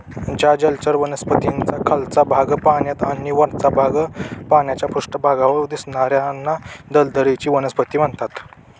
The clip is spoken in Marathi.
ज्या जलचर वनस्पतींचा खालचा भाग पाण्यात आणि वरचा भाग पाण्याच्या पृष्ठभागावर दिसणार्याना दलदलीची वनस्पती म्हणतात